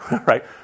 right